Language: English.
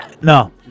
No